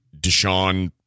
Deshaun